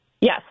Yes